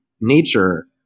nature